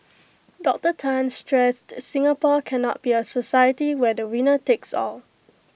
Doctor Tan stressed Singapore cannot be A society where the winner takes all